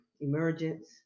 emergence